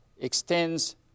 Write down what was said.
extends